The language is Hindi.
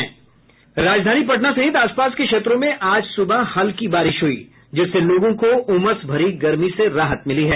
राजधानी पटना सहित आस पास के क्षेत्रों में आज सुबह हल्की बारिश हुई जिससे लोगों को उमस भरी गर्मी से राहत मिली है